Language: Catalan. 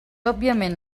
òbviament